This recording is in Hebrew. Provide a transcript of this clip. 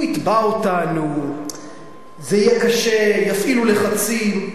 הוא יתבע אותנו, ויהיה קשה, יפעילו לחצים.